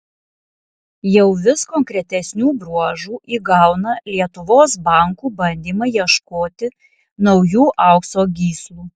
jau vis konkretesnių bruožų įgauna lietuvos bankų bandymai ieškoti naujų aukso gyslų